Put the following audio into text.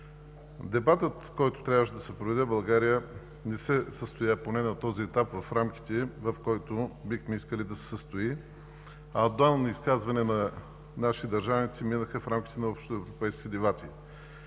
Дебатът, който трябваше да се проведе в България, не се състоя поне на този етап в рамките, в които бихме искали да се състои, а отделни изказвания на наши държавници минаха в рамките на общоевропейските дебати.